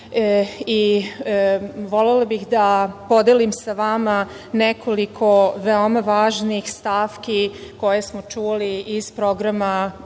bih da podelim sa vama nekoliko veoma važnih stavki koje smo čuli iz programa gospođe